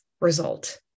result